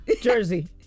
Jersey